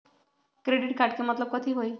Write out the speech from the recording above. Credit card के मतलब कथी होई?